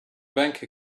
bank